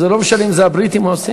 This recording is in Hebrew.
זה לא משנה אם הבריטים או הסינים.